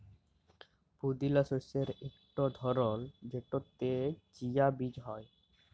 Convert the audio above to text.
পুদিলা শস্যের ইকট ধরল যেটতে চিয়া বীজ হ্যয়